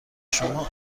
شما